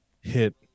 hit